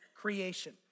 creation